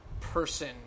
person